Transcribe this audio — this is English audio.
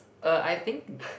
err I think